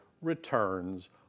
returns